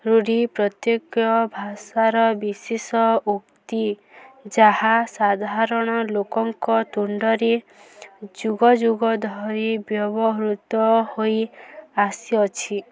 ରୂଢ଼ି ପ୍ରତ୍ୟେକ ଭାଷାର ବିଶେଷ ଉକ୍ତି ଯାହା ସାଧାରଣ ଲୋକଙ୍କ ତୁଣ୍ଡରେ ଯୁଗ ଯୁଗ ଧରି ବ୍ୟବହୃତ ହୋଇ ଆସିଅଛି